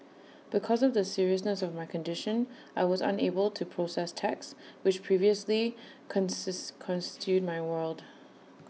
because of the seriousness of my condition I was unable to process text which previously my world